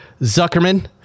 Zuckerman